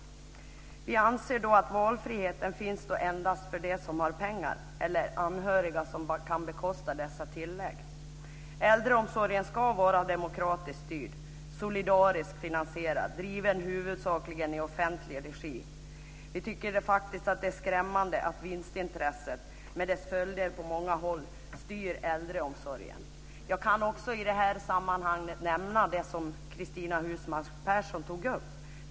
Vi anser att valfriheten då endast finns för dem som har pengar eller anhöriga som kan bekosta dessa tillägg. Äldreomsorgen ska vara demokratiskt styrd, solidariskt finansierad och driven huvudsakligen i offentlig regi. Vi tycker faktiskt att det är skrämmande att vinstintresset med de följder det ger på många håll styr äldreomsorgen. Jag kan också i detta sammanhang nämna det som Cristina Husmark Pehrsson tog upp.